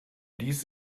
dies